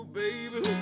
baby